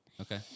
Okay